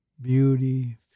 beauty